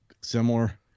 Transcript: similar